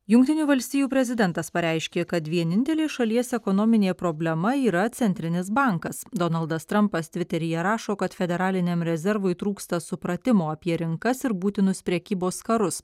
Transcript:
jungtinių valstijų prezidentas pareiškė kad vienintelė šalies ekonominė problema yra centrinis bankas donaldas trampas tviteryje rašo kad federaliniam rezervui trūksta supratimo apie rinkas ir būtinus prekybos karus